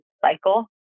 cycle